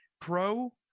pro